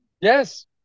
Yes